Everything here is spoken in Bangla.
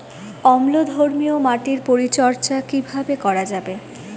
অম্লধর্মীয় মাটির পরিচর্যা কিভাবে করা যাবে?